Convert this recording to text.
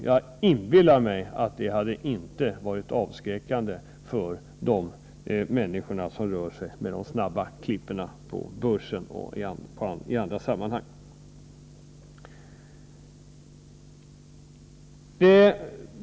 Jag inbillar mig att en sådan skatt inte hade varit avskräckande för de människor som gör snabba klipp på börsen och i andra sammanhang.